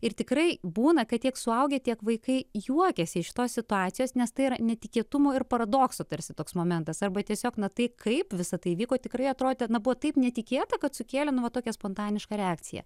ir tikrai būna kad tiek suaugę tiek vaikai juokiasi iš šitos situacijos nes tai yra netikėtumo ir paradokso tarsi toks momentas arba tiesiog na tai kaip visa tai vyko tikrai atrodė na buvo taip netikėta kad sukėlė na tokią spontanišką reakciją